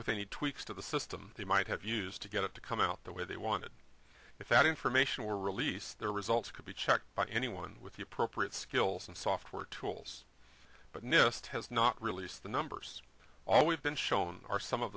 with any tweaks to the system they might have used to get it to come out the way they wanted if that information were released their results could be checked by anyone with the appropriate skills and software tools but nist has not released the numbers all we've been shown are some of